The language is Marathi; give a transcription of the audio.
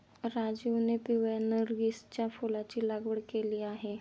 राजीवने पिवळ्या नर्गिसच्या फुलाची लागवड केली आहे